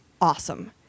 Awesome